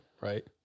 right